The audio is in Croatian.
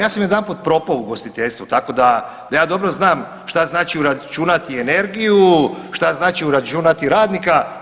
Ja sam jedanput propao u ugostiteljstvu, tako da ja dobro znam šta znači uračunati energiju, šta znači uračunati radnika.